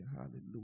hallelujah